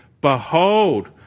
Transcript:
Behold